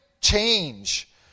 change